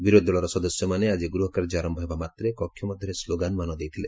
ବିରୋଧୀଦଳର ସଦସ୍ୟମାନେ ଆଜି ଗୃହକାର୍ଯ୍ୟ ଆରମ୍ଭ ହେବା ମାତ୍ରେ କକ୍ଷ ମଧ୍ୟରେ ସ୍କୋଗାନମାନ ଦେଇଥିଲେ